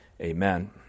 Amen